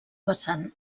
vessant